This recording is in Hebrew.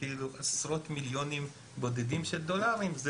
עשרות מיליונים בודדים של דולרים זה